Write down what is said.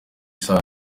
saha